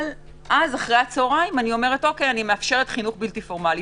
אבל אז אחר הצהריים אני מאפשרת חינוך בלתי פורמליים.